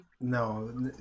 No